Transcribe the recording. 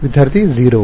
ವಿದ್ಯಾರ್ಥಿ 0